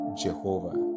jehovah